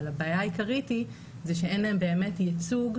הבעיה העיקרית היא שאין להן באמת ייצוג,